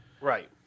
Right